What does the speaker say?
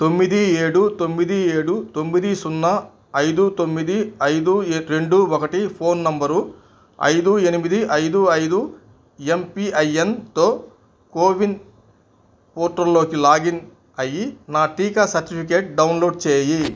తొమ్మిది ఏడు తొమ్మిది ఏడు తొమ్మిది సున్నా ఐదు తొమ్మిది ఐదు రెండు ఒకటి ఫోన్ నంబరు ఐదు ఎనిమిది ఐదు ఐదు ఎమ్పిఐఎన్తో కోవిన్ పోర్టల్లోకి లాగిన్ అయ్యి నా టీకా సర్టిఫికేట్ డౌన్లోడ్ చేయి